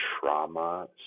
trauma